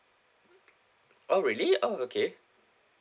oh really oh okay